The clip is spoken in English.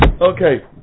Okay